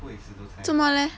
做么嘞